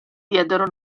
diedero